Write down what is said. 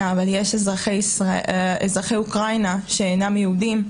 אבל יש אזרחי אוקראינה שאינם יהודים,